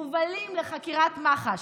מובלים לחקירת מח"ש.